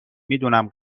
میدونم